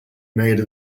made